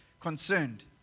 concerned